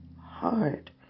hard